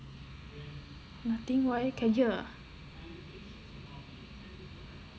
nothing why can hear ah